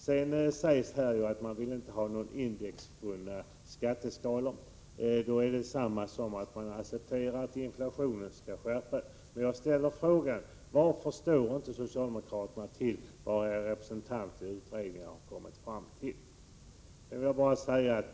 Det sägs att man inte vill ha några indexbundna skatteskalor. Det är detsamma som att säga att man accepterar att inflationen skall skärpa beskattningen. Jag ställer frågan: Varför står inte ni socialdemokrater för vad er representant i utredningen har kommit fram till?